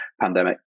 pandemic